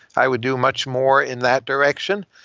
i would do much more in that direction.